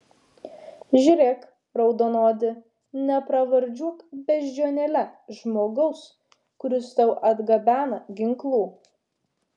žiūrėk raudonodi nepravardžiuok beždžionėle žmogaus kuris tau atgabena ginklų